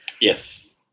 Yes